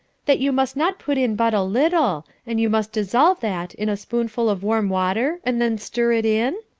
that you must not put in but a little, and you must dissolve that in a spoonful of warm water and then stir it in?